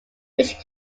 which